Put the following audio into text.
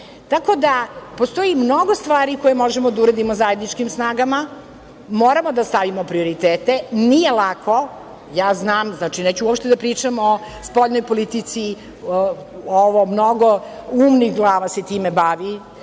da, postoji mnogo stvari koje možemo da uradimo zajedničkim snagama, moramo da stavimo prioritete. Nije lako, znam. Neću uopšte da pričam o spoljnoj politici, mnogo umnih glava se time bavi,